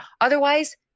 Otherwise